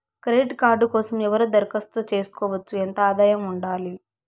Credit card కోసం ఎవరు దరఖాస్తు చేసుకోవచ్చు? ఎంత ఆదాయం ఉండాలి?